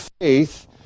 faith